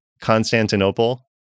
Constantinople